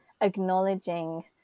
acknowledging